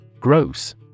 Gross